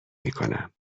میکنم